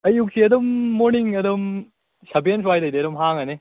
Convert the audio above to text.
ꯑꯌꯨꯛꯁꯤ ꯑꯗꯨꯝ ꯃꯣꯔꯅꯤꯡ ꯑꯗꯨꯝ ꯁꯚꯦꯟ ꯁ꯭ꯋꯥꯏꯗꯩꯗꯤ ꯑꯗꯨꯝ ꯍꯥꯡꯉꯅꯤ